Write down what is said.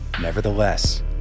Nevertheless